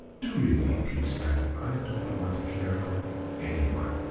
do leave me in peace, madam. i don't want to care for anyone.